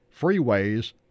freeways